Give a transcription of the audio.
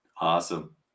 awesome